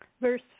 Verse